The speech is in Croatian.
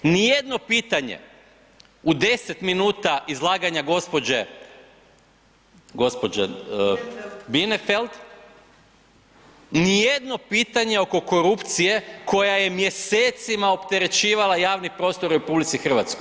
Nijedno pitanje u 10 minuta izlaganje gospođe Bienenfeld nijedno pitanje oko korupcije koja je mjesecima opterećivala javni prostor u RH.